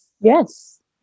Yes